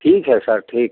ठीक है सर ठीक